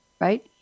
right